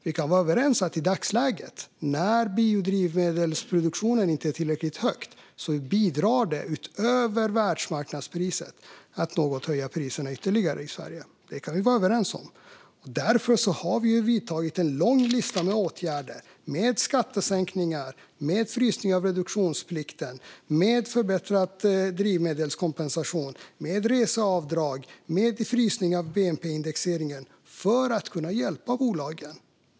Vi kan vara överens om att när biodrivmedelsproduktionen i dagsläget inte är tillräckligt hög bidrar det, utöver världsmarknadspriset, till att höja priserna något ytterligare i Sverige. Det kan vi vara överens om. Därför har vi vidtagit en lång lista med åtgärder som skattesänkningar, frysning av reduktionsplikten, förbättrad drivmedelskompensation, reseavdrag och frysning av bnp-indexeringen för att kunna hjälpa bolagen.